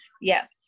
Yes